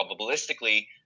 probabilistically